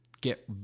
get